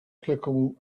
clickable